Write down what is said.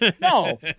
No